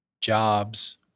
jobs